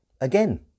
Again